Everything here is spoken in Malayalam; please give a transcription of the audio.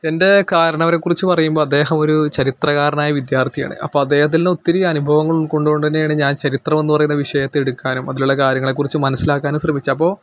എന്റെ കാരണവരെക്കുറിച്ച് പറയുമ്പോൾ അദ്ദേഹവൊരു ചരിത്രകാരനായ വിദ്യര്ത്ഥിയാണ് അപ്പോൾ അദ്ദേഹത്തില് നിന്ന് ഒത്തിരി അനുഭവങ്ങള് ഉള്ക്കൊണ്ട് കൊണ്ടുതന്നെയാണ് ഞാന് ചരിത്രമെന്ന് പറയുന്ന വിഷയത്തെ എടുക്കാനും അതിലുള്ള കാര്യങ്ങളെക്കുറിച്ചും മനസ്സിലാക്കാനും ശ്രമിച്ചത് അപ്പോൾ